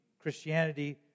Christianity